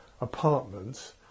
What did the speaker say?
apartments